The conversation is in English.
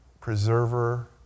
Preserver